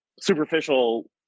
superficial